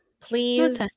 Please